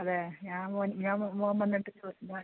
അതേ ഞാ മോൻ ഞാൻ മോൻ വന്നിട്ട് ചോ മോൻ